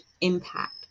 impact